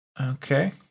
Okay